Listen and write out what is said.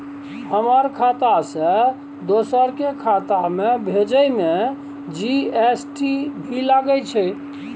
हमर खाता से दोसर के खाता में भेजै में जी.एस.टी भी लगैछे?